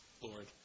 Lord